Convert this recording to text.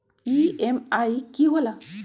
EMI की होला?